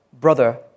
brother